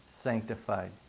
sanctified